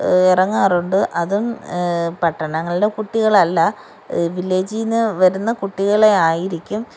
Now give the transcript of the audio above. ഇറങ്ങാറുണ്ട് അതും പട്ടണങ്ങളിലെ കുട്ടികളല്ല വില്ലേജീന്ന് വരുന്ന കുട്ടികളെ ആയിരിക്കും